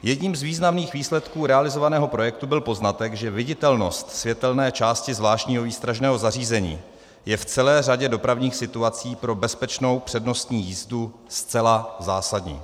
Jedním z významných výsledků realizovaného projektu byl poznatek, že viditelnost světelné části zvláštního výstražného zařízení je v celé řadě dopravních situací pro bezpečnou přednostní jízdu zcela zásadní.